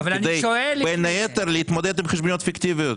כדי בין היתר להתמודד עם חשבוניות פיקטיביות.